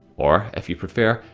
or, if you prefer.